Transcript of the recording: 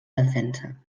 defensa